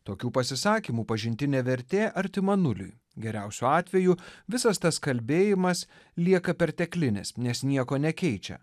tokių pasisakymų pažintinė vertė artima nuliui geriausiu atveju visas tas kalbėjimas lieka perteklinis nes nieko nekeičia